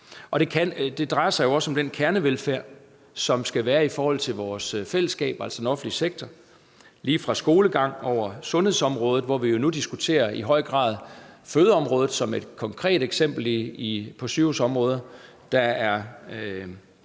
Det drejer sig også om den kernevelfærd, som skal være i forhold til vores fællesskab, altså den offentlige sektor, lige fra skolegang over sundhedsområdet, hvor vi jo nu i høj grad diskuterer fødselsområdet som et konkret eksempel på sygehusområdet. Der er